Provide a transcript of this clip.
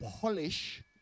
Polish